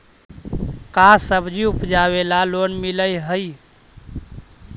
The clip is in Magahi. का सब्जी उपजाबेला लोन मिलै हई?